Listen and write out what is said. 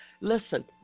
Listen